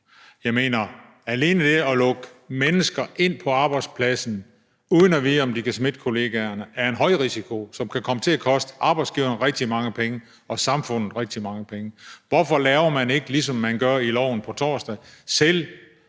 96 timer. Alene det at lukke mennesker ind på arbejdspladsen uden at vide, om de kan smitte kollegaerne, udgør en højrisiko, der kan komme til at koste arbejdsgiverne rigtig mange penge og samfundet rigtig mange penge. Hvorfor laver man det ikke, ligesom man gør det i lovforslaget